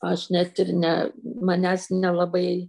aš net ir ne manęs nelabai